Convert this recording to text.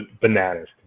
bananas